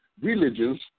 religions